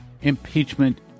impeachment